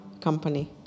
company